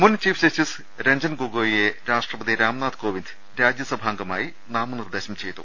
മുൻ chief justice Ranjan ഗൊഗോയിയെ രാഷ്ട്ര പതി രാംനാഥ് കോവിന്ദ് രാജ്യസഭാംഗമായി നാമ നിർദ്ദേശം ചെയ്തു